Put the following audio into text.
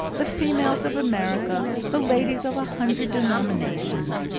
the females of america, the ladies of a hundred denominations.